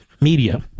Media